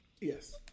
Yes